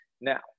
now